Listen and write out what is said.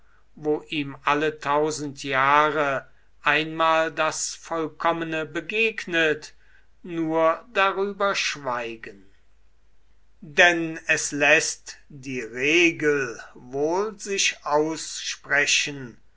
wo ihm alle tausend jahre einmal das vollkommene begegnet nur darüber schweigen denn es läßt die regel wohl sich aussprechen